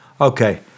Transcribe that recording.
Okay